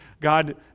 God